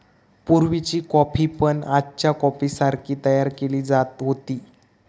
पुर्वीची कॉफी पण आजच्या कॉफीसारखी तयार केली जात होती